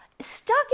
stuck